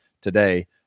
today